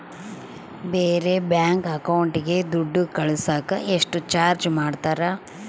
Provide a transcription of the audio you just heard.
ಬೇರೆ ಬ್ಯಾಂಕ್ ಅಕೌಂಟಿಗೆ ದುಡ್ಡು ಕಳಸಾಕ ಎಷ್ಟು ಚಾರ್ಜ್ ಮಾಡತಾರ?